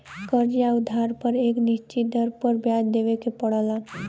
कर्ज़ या उधार पर एक निश्चित दर पर ब्याज देवे के पड़ला